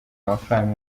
amafaranga